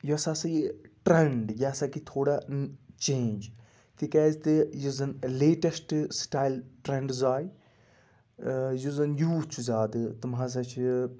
یۄس ہَسا یہِ ٹریٚنڈ یہِ ہَسا گے تھوڑا چینٛج تِکیٛازِ تہِ یُس زَن لیٹیٚسٹ سٹایِل ٹرنٛڈز آے یُس زَن یوٗتھ چھُ زیادٕ تم ہَسا چھِ